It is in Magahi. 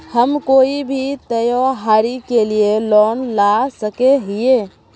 हम कोई भी त्योहारी के लिए लोन ला सके हिये?